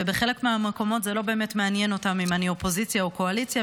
ובחלק מהמקומות זה לא באמת מעניין אותם אם אני אופוזיציה או קואליציה,